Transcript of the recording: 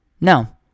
No